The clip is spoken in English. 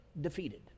defeated